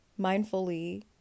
mindfully